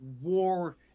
war